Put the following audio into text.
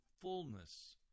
fullness